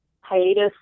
hiatus